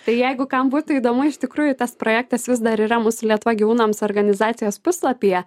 tai jeigu kam būtų įdomu iš tikrųjų tas projektas vis dar yra mūsų lietuva gyvūnams organizacijos puslapyje